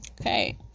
Okay